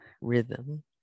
rhythm